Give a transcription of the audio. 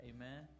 Amen